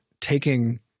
taking